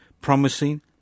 promising